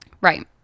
Right